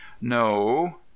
No